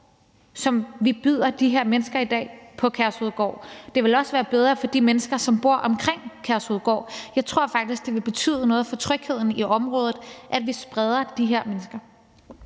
som vi byder de her mennesker i dag på Kærshovedgård. Det vil også være bedre for de mennesker, som bor omkring Kærshovedgård. Jeg tror faktisk, at det vil betyde noget for trygheden i området, at vi spreder de her mennesker.